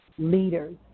leaders